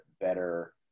better